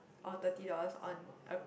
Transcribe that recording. or thirty dollars on a